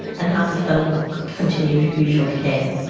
and half of them continued usual care.